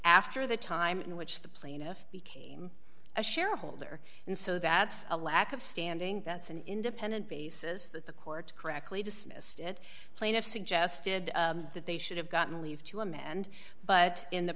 after the time in which the plaintiff became a shareholder and so that's a lack of standing that's an independent basis that the court correctly dismissed it plaintiffs suggested that they should have gotten leave to amend but in the